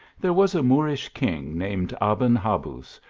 there was a moorish king named aben kabuz,